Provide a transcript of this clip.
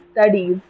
studies